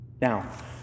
Now